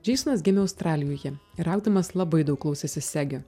džeisonas gimė australijoje ir augdamas labai daug klausėsi segio